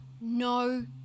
no